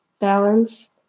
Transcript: Balance